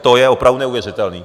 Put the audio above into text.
To je opravdu neuvěřitelné.